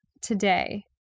today